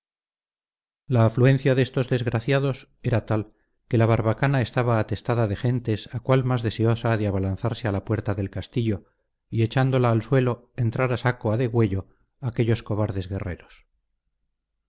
la afluencia de estos desgraciados era tal que la barbacana estaba atestada de gentes a cual más deseosas de abalanzarse a la puerta del castillo y echándola al suelo entrar a saco a degüello aquellos cobardes guerreros